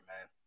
man